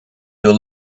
your